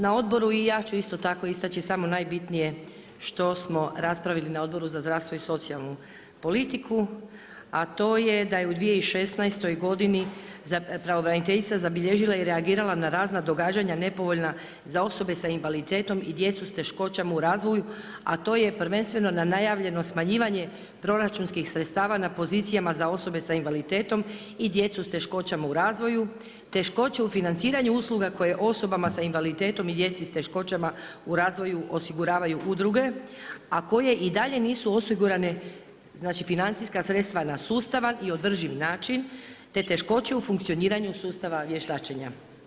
Na odboru i ja ću isto tako istaći samo najbitnije što smo raspravi na Odboru za zdravstvo i socijalnu politiku a to je da je u 2016. godini pravobraniteljica zabilježila i reagirala na razna događanja nepovoljna za osobe sa invaliditetom i djecu sa teškoćama u razvoju a to je prvenstveno na najavljeno smanjivanje proračunskih sredstava na pozicijama za osobe sa invaliditetom i djecu sa teškoćama u razvoju, teškoće u financiranju usluga koje osobama s invaliditetom i djeci s teškoćama u razvoju osiguravaju udruge a koje i dalje nisu osigurane, znači financijska sredstva na sustavan i održiv način te teškoće u funkcioniranju sustava vještačenja.